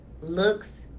looks